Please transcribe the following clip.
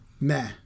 meh